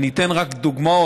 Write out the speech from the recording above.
אני אתן רק דוגמאות,